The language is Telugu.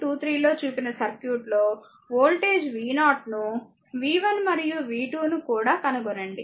23 లో చూపిన సర్క్యూట్లో వోల్టేజ్ v0 ను v1 మరియు v2 ను కూడా కనుగొనండి